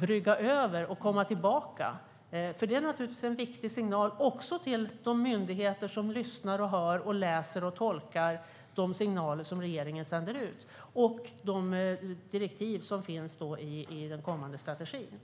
brygga över och komma tillbaka. Det är naturligtvis en viktig signal också till de myndigheter som lyssnar på, hör, läser och tolkar de signaler som regeringen sänder ut och de direktiv som finns i den kommande strategin.